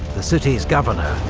the city's governor,